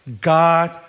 God